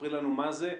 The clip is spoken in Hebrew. ספרי לנו מה זה.